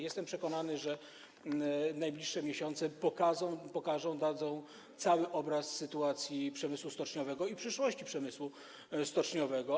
Jestem przekonany, że najbliższe miesiące pokażą, dadzą cały obraz sytuacji przemysłu stoczniowego i przyszłości przemysłu stoczniowego.